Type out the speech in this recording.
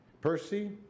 Percy